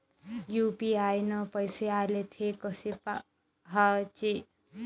UPI न पैसे आले, थे कसे पाहाचे?